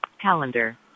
Calendar